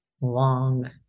long